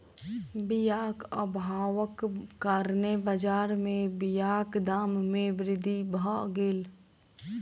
बीयाक अभावक कारणेँ बजार में बीयाक दाम में वृद्धि भअ गेल